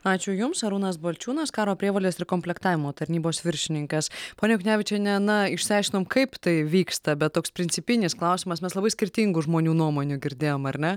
ačiū jums arūnas balčiūnas karo prievolės ir komplektavimo tarnybos viršininkas ponia juknevičiene na išsiaiškinom kaip tai vyksta bet toks principinis klausimas mes labai skirtingų žmonių nuomonių girdėjom ar ne